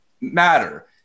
matter